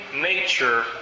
nature